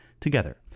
together